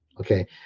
okay